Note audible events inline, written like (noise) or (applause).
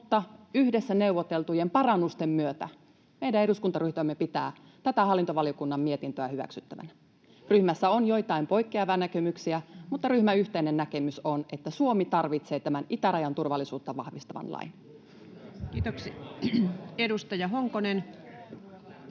yhdessä neuvoteltujen parannusten myötä meidän eduskuntaryhmämme pitää tätä hallintovaliokunnan mietintöä hyväksyttävänä. Ryhmässä on joitain poikkeavia näkemyksiä, mutta ryhmän yhteinen näkemys on, että Suomi tarvitsee tämän itärajan turvallisuutta vahvistavan lain. (noise)